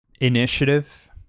Initiative